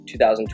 2020